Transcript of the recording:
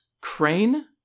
Crane